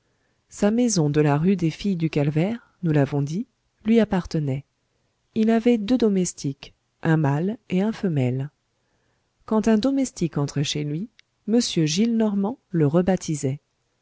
sa maison de la rue des filles du calvaire nous l'avons dit lui appartenait il avait deux domestiques un mâle et un femelle quand un domestique entrait chez lui m gillenormand le rebaptisait